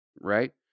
Right